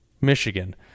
Michigan